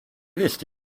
visste